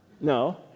No